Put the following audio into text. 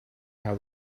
how